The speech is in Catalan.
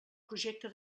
projecte